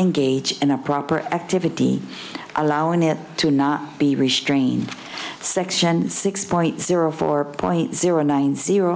engaged in a proper activity allowing him to not be restrained section six point zero four point zero nine zero